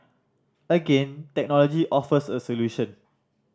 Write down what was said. again technology offers a solution